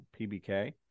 PBK